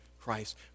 Christ